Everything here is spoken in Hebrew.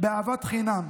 באהבת חינם.